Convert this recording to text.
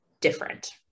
different